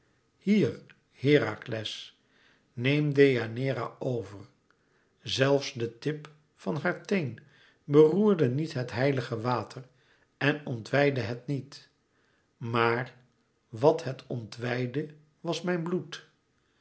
hier herakles neem deianeira over zelfs de tip van haar teen beroerde niet het heilige water en ontwijdde het niet maar wàt het ontwijdde was mijn bloed